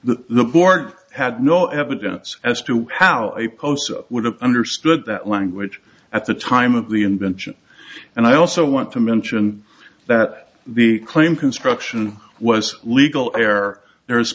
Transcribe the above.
the board had no evidence as to how a post would have understood that language at the time of the invention and i also want to mention that the claim construction was legal air there